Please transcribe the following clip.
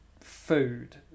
food